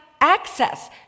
access